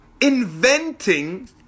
inventing